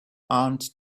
aunt